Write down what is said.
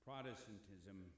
Protestantism